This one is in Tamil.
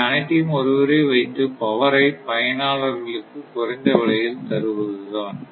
இந்த அனைத்தையும் ஒருவரே வைத்து பவரை பயனாளர்களுக்கு குறைந்த விலையில் தருவதுதான்